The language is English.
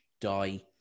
die